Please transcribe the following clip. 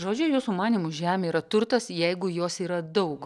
žodžiu jūsų manymu žemė yra turtas jeigu jos yra daug